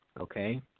okay